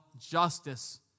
justice